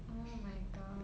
oh my god